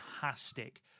fantastic